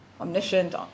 omniscient